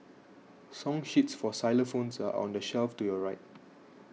song sheets for xylophones are on the shelf to your right